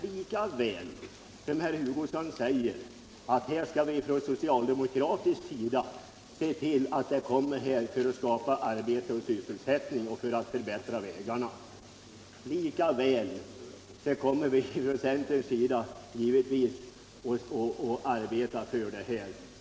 Lika väl som herr Hugosson säger att man från socialdemokratiskt håll skall se till att det skapas sysselsättning för att förbättra vägarna, kommer vi från centern givetvis att arbeta för samma sak. Ni socialdemokrater har inget monopol på denna punkt.